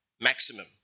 maximum